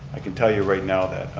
i can tell you right now that